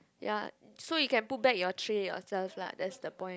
ya so you can put back your tray yourself lah that's the point